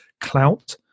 clout